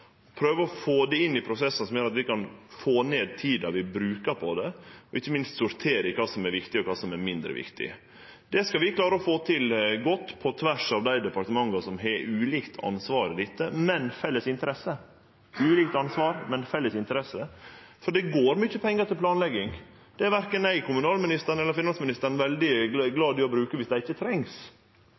prøve å få det inn i prosessar som gjer at vi kan få ned tida vi brukar på det, og ikkje minst sortere kva som er viktig, og kva som er mindre viktig. Det skal vi klare å få til godt på tvers av dei departementa som har ulikt ansvar i dette, men felles interesse. For det går mykje pengar til planlegging, og det er verken eg, kommunalministeren eller finansministeren veldig glad i å bruke dersom det ikkje trengst.